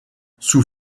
sous